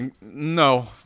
No